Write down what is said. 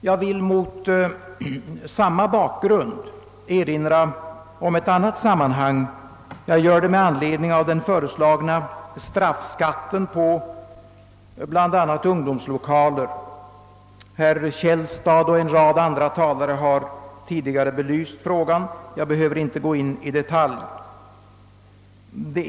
Jag vill mot samma bakgrund erinra om ett annat sammanhang. Jag gör detta med anledning av den föreslagna straffskatten på bl.a. ungdomlokaler, vilken tidigare har berörts av herr Källstad och av en rad andra talare. Jag behöver inte gå in i detalj.